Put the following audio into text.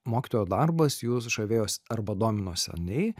mokytojo darbas jus žavėjos arba domino seniai